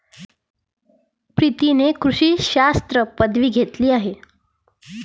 प्रीतीने कृषी शास्त्रात पदवी घेतली आहे